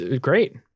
great